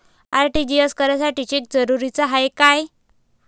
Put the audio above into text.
RTGS करासाठी cheque जरुरीचा हाय काय?